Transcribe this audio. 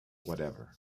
whatever